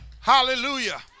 Hallelujah